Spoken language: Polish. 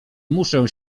muszę